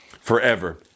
forever